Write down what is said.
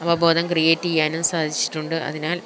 അവബോധം ക്രിയേറ്റ് ചെയ്യാനും സാധിച്ചിട്ടുണ്ട് അതിനാല്